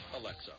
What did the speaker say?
Alexa